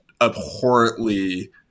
abhorrently